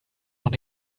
noch